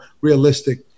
realistic